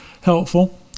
helpful